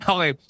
Okay